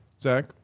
Zach